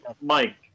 mike